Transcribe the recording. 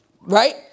Right